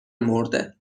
مرده